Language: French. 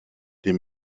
les